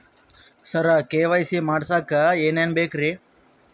ಸರ KYC ಮಾಡಸಕ್ಕ ಎನೆನ ಬೇಕ್ರಿ?